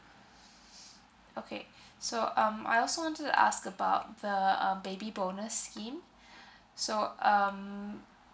okay so um I also wanted to ask about the um baby bonus scheme so um